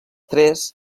tres